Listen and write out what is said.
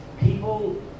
people